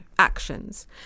actions